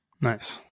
nice